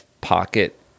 pocket